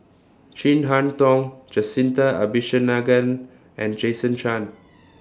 Chin Harn Tong Jacintha Abisheganaden and Jason Chan